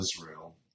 Israel